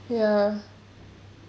ya